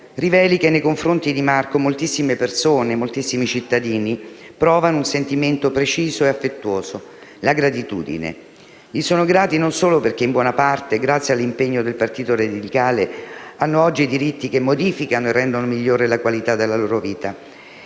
riveli che nei confronti di Marco moltissime persone, moltissimi cittadini, provano un sentimento preciso e affettuoso: la gratitudine. Gli sono grati non solo perché in buona parte grazie all'impegno del Partito Radicale hanno oggi diritti che modificano e rendono migliore la qualità della loro vita,